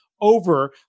over